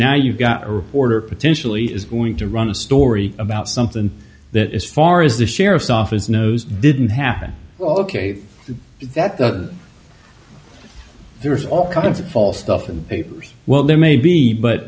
now you've got a reporter potentially is going to run a story about something that as far as the sheriff's office knows didn't happen well ok that there's all kinds of false stuff in the papers well there may be but